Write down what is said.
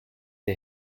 der